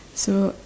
so